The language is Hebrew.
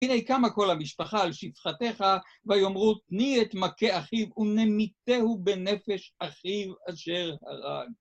הנה קמה כל המשפחה על שפחתך ויאמרו תני את מכה אחיו ונמיתהו בנפש אחיו אשר הרג.